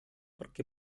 pergi